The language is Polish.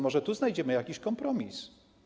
Może tu znajdziemy jakiś kompromis?